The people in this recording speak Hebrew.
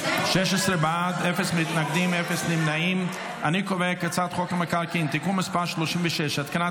ההצעה להעביר את הצעת חוק המקרקעין (תיקון מס' 36) (התקנת